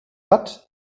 hat